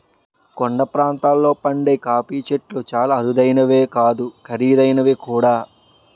కొండ ప్రాంతాల్లో పండే కాఫీ చెట్లు చాలా అరుదైనవే కాదు ఖరీదైనవి కూడా